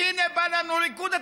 והינה, בא לנו ריקוד התרנגולות.